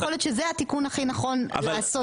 יכול להיות שזה התיקון הכי נכון לעשות.